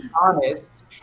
honest